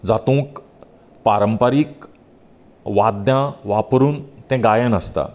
जातूंत पारंपारिक वाद्यां वापरून तें गायन आसता